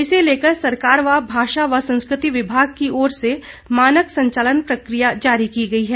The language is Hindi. इसे लेकर सरकार व भाषा एवं संस्कृति विभाग की ओर से मानक संचालन प्रकिया जारी की गई है